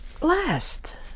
last